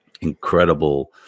incredible